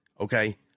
Okay